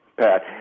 Pat